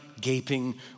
gaping